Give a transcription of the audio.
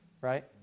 right